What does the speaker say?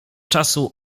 czasu